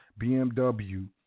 BMW